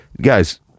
Guys